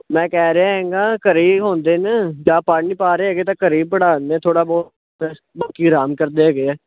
ਮੈਂ ਕਹਿ ਰਿਆ ਹੈਗਾ ਘਰ ਹੀ ਹੁੰਦੇ ਹਨ ਜਾ ਪੜ੍ਹ ਨਹੀਂ ਪਾ ਰਹੇ ਹੈਗੇ ਤਾਂ ਘਰ ਹੀ ਪੜ੍ਹਾ ਦਿੰਦੇ ਹੈ ਥੋੜ੍ਹਾ ਬਹੁਤ ਬਾਕੀ ਅਰਾਮ ਕਰਦੇ ਹੈਗੇ ਹੈ